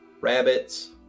rabbits